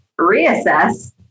reassess